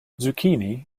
zucchini